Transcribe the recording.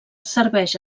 serveix